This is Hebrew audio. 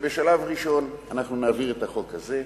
שבשלב ראשון אנחנו נעביר את החוק הזה,